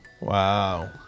Wow